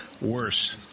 worse